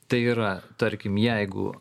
tai yra tarkim jeigu